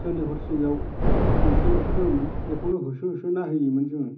जोंनि हरसिंगायाव मोनसेल'सो दंमोन बेखौनो होसो होसो नायहैयोमोन जोङो